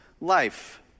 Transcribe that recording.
life